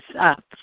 up